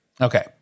Okay